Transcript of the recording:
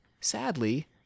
sadly